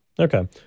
Okay